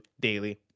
daily